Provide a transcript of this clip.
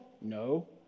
No